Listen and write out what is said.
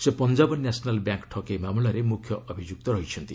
ସେ Punjab national bank ଠକେଇ ମାମଲାରେ ମୁଖ୍ୟ ଅଭିଯୁକ୍ତ ଅଛନ୍ତି